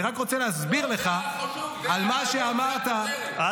אני רק רוצה להסביר לך על מה שאמרת -- לא.